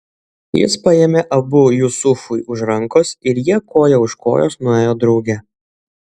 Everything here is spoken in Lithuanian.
jis paėmė abu jusufui už rankos ir jie koja už kojos nuėjo drauge